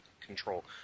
control